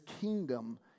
kingdom